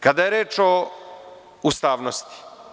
Kada je reč o ustavnosti.